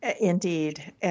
Indeed